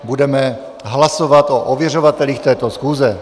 Budeme hlasovat o ověřovatelích této schůze.